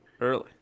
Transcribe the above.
Early